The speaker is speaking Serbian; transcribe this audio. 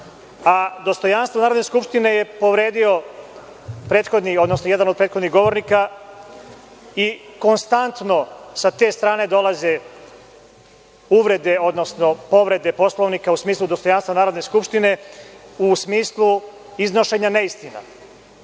Poslovnika. Dostojanstvo Narodne skupštine je povredio jedan od prethodnih govornika i konstantno sa te strane dolaze uvrede, odnosno povrede Poslovnika u smislu dostojanstva Narodne skupštine, u smislu iznošenja neistina. Da